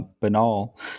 banal